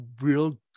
real